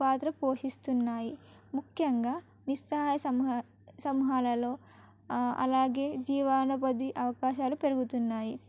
పాత్ర పోషిస్తున్నాయి ముఖ్యంగా నిస్సహాయ సహ సంఘాలలో అలాగే జీవనోపాధి అవకాశాలు పెరుగుతున్నాయి